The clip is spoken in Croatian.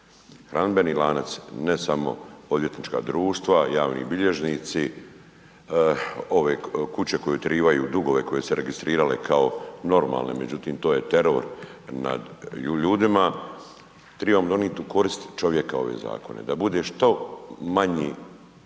Hranidbeni lanac, ne samo odvjetnička društva, javni bilježnici, kuće koje utjeravaju dugove koje su se registrirale kao normalne, međutim to je teror nad ljudima. Trebamo donijeti u korist čovjeka ove zakone, da bude što manji